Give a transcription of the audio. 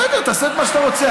בסדר, תעשה מה שאתה רוצה.